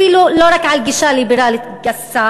אפילו לא רק על גישה ליברלית גסה,